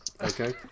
Okay